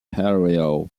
area